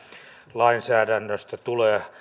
lainsäädännöstä tulee